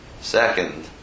Second